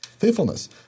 faithfulness